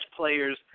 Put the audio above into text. players